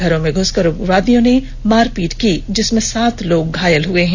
घरों में घ्सकर उग्रवादियों ने मारपीट की जिसमें सात लोग घायल हए हैं